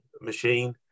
machine